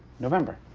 november.